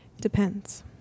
Depends